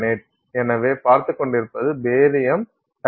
எனவே பார்த்துக்கொண்டிருப்பது பேரியம் டைட்டனேட்